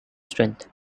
strength